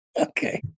okay